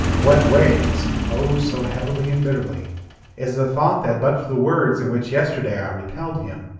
what weighs oh, so heavily and bitterly is the thought that but for the words in which yesterday i repelled him,